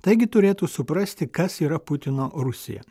taigi turėtų suprasti kas yra putino rusija